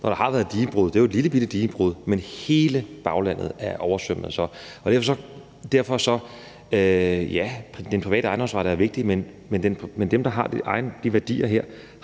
hvor der har været digebrud – og det er jo et lillebitte digebrud – men hele baglandet er oversvømmet. Så ja, den private ejendomsret er vigtig, men dem, der har de værdier her,